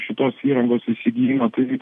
šitos įrangos įsigijimą tai